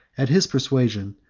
at his persuasion,